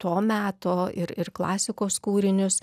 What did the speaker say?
to meto ir ir klasikos kūrinius